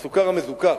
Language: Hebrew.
בסוכר המזוקק,